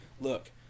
Look